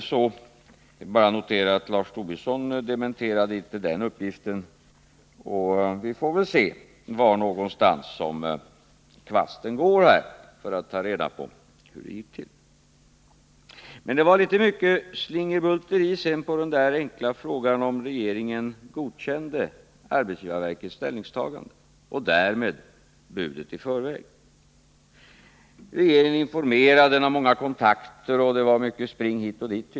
Jag vill bara notera att Lars Tobisson inte dementerade den uppgift om detta som jag anförde, så vi får väl se var någonstans kvasten går för att ta reda på hur det gick till. Det var litet mycket av slingerbulteri på min enkla fråga, om regeringen godkände arbetsgivarverkets ställningstagande och därmed också i förväg godkände budet. Olof Johansson talade om att regeringen var informerad, att man hade många kontakter — det var tydligen mycket spring hit och dit.